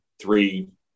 three